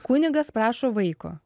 kunigas prašo vaiko